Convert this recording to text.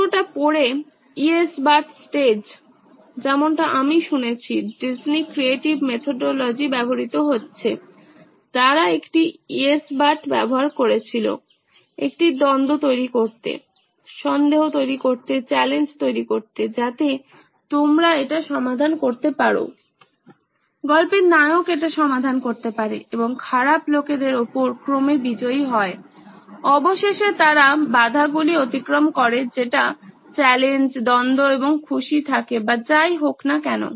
পুরোটা পড়ে yes but stage যেমনটা আমি শুনেছি ডিজনি ক্রিয়েটিভ মেথোডোলজি ব্যবহৃত হচ্ছে তারা একটি ইয়েস বাট ব্যবহার করেছিল একটি দ্বন্দ্ব তৈরি করতে সন্দেহ তৈরি করতে চ্যালেঞ্জ তৈরি করতে যাতে তোমরা এটা সমাধান করতে পারো গল্পের নায়ক এটা সমাধান করতে পারে এবং খারাপ লোকেদের ওপর ক্রমে বিজয়ী হয় অবশেষে তারা বাধা গুলি অতিক্রম করে যেটা চ্যালেঞ্জ দ্বন্দ্ব এবং খুশি থাকে বা যাই হোক না কেনো